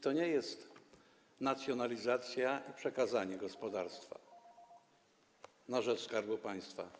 To nie jest nacjonalizacja ani przekazanie gospodarstwa na rzecz Skarbu Państwa.